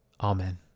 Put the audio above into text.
Amen